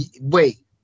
Wait